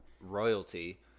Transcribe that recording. royalty